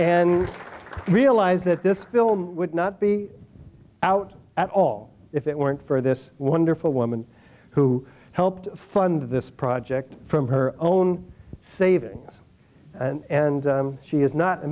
and realize that this bill would not be out at all if it weren't for this wonderful woman who helped fund this project from her own savings and she is not a